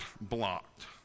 blocked